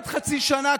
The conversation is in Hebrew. בעוד חצי שנה,